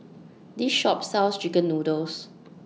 This Shop sells Chicken Noodles